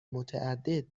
متعدد